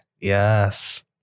Yes